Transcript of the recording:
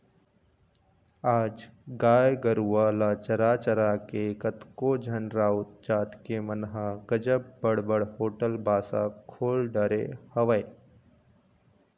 आज गाय गरुवा ल चरा चरा के कतको झन राउत जात के मन ह गजब बड़ बड़ होटल बासा खोल डरे हवय